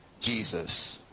Jesus